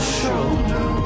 shoulder